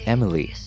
Emily